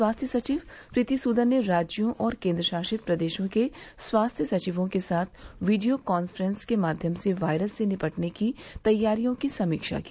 स्वास्थ्य सचिव प्रीति सूदन ने राज्यों और केंद्रशासित प्रदेशों के स्वास्थ्य सचिवों के साथ वीडियो कॉन्फ्रेंस के माध्यम से वायरस से निपटने की तैयारियों की समीक्षा की